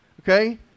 Okay